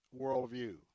worldview